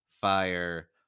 fire